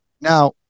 now